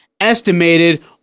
estimated